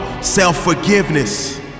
self-forgiveness